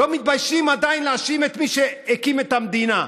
ולא מתביישים עדיין להאשים את מי שהקים את המדינה,